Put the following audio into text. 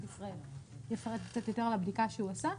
ישראל יפרט קצת יותר על הבדיקה שהוא עשה,